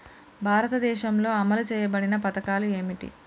భారతదేశంలో అమలు చేయబడిన పథకాలు ఏమిటి?